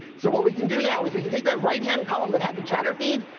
so what we can do now is we can take that right-hand column that had the chatter feed,